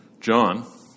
John